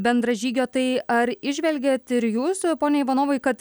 bendražygio tai ar įžvelgiat ir jūsų pone ivanovai kad